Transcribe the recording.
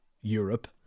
Europe